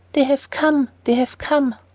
they have come! they have come!